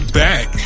back